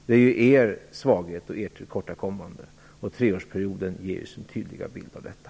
Det är er svaghet och ert tillkortakommande, och treårsperioden ger sin tydliga bild av detta.